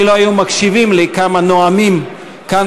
אילו היו מקשיבים לי כמה נואמים כאן